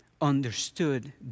understood